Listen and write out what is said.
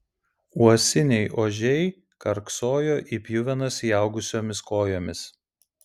uosiniai ožiai karksojo į pjuvenas įaugusiomis kojomis